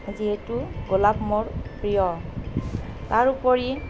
যিহেতু গোলাপ মোৰ প্ৰিয় তাৰ উপৰি